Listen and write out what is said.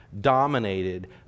dominated